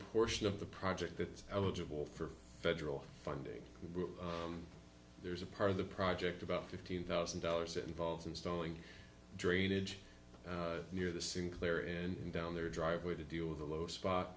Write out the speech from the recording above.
portion of the project that eligible for federal funding there's a part of the project about fifteen thousand dollars that involves installing drainage near the sinclair and down their driveway to deal with a low spot